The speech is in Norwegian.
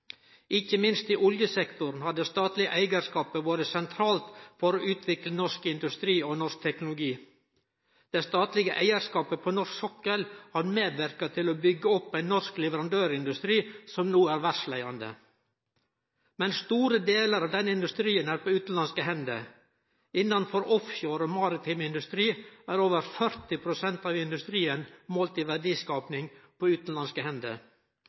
Ikkje minst i oljesektoren har den statlege eigarskapen vore sentral for å utvikle norsk industri og norsk teknologi. Den statlege eigarskapen på norsk sokkel har medverka til å byggje opp ein norsk leverandørindustri, som no er verdsleiande. Store delar av denne industrien er på utanlandske hender. Innanfor offshore og maritim industri er over 40 pst. av industrien, målt i verdiskaping, på utanlandske hender. Fleire nøkkelbedrifter i ulike regionale cluster er på utanlandske hender.